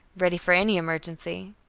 ready for any emergency.